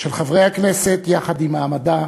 של חברי הכנסת, ירד מעמדה